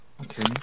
Okay